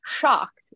Shocked